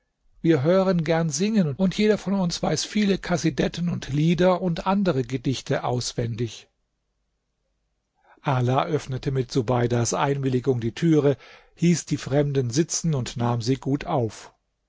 wir hören gern singen und jeder von uns weiß viele kasidetten und lieder und andere gedichte auswendig ala öffnete mit subeidas einwilligung die türe hieß die fremden sitzen und nahm sie gut auf